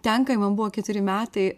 ten kai man buvo ketveri metai